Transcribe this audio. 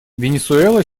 венесуэла